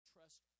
Trust